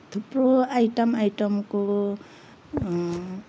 थुप्रो आइटम आइटमको